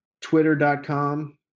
Twitter.com